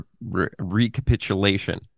recapitulation